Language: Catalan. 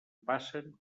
passen